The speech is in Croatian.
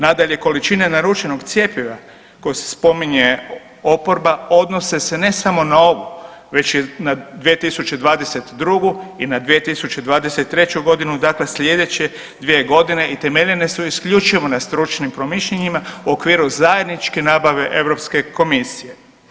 Nadalje, količine naručenog cjepiva koje se spominje oporba odnose se ne samo na ovu već i na 2022. i na 2023. godinu, dakle slijedeće 2 godine i temeljene su isključivo na stručnim promišljanjima u okviru zajedničke nabave Europske komisije.